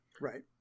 Right